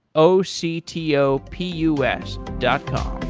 o c t o p u s dot com